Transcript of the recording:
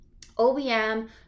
OBM